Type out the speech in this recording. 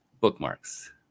bookmarks